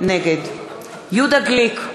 נגד יהודה גליק,